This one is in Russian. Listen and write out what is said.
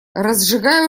разжигай